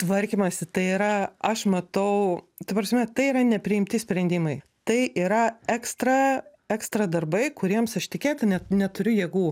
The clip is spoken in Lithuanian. tvarkymąsi tai yra aš matau ta prasme tai yra nepriimti sprendimai tai yra ekstra ekstra darbai kuriems aš tikėta net neturiu jėgų